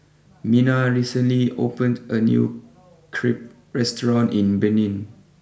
Minna recently opened a new Crepe restaurant in Benin